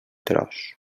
tros